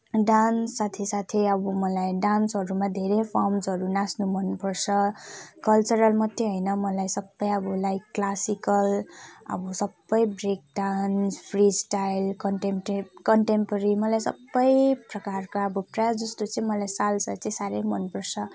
dance साथै साथै अब मलाई डान्सहरूमा धेरै फर्म्सहरू नाच्नु मनपर्छ कल्चरल मात्रै होइन मलाई सबै अब लाइक क्लासिकल अब सबै break dance free style contemporary contemporary मलाई सबै प्रकारको अब प्रायः जस्तो अब मलाई सालसा चाहिँ साह्रै मनपर्छ